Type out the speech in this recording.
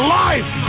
life